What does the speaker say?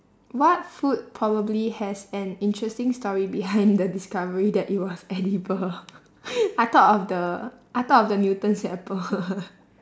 what food probably has an interesting story behind the discovery that it was edible I thought of the I thought of the newton's apple